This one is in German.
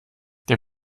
der